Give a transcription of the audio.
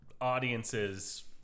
audiences